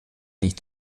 nicht